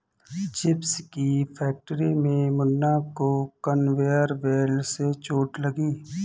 chips की factory में मुन्ना को कन्वेयर बेल्ट से चोट लगी है